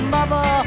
Mother